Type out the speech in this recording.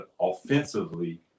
offensively